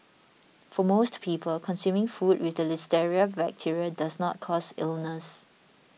for most people consuming food with the listeria bacteria does not cause illness